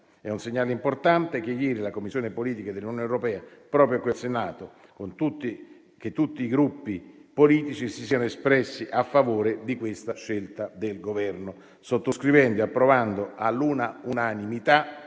È un segnale importante che ieri in Commissione politiche dell'Unione europea, proprio qui al Senato, tutti i Gruppi politici si siano espressi a favore di questa scelta del Governo, sottoscrivendo e approvando all'unanimità